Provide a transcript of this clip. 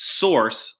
source